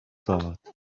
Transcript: thought